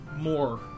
more